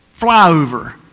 flyover